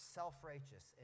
self-righteous